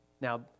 Now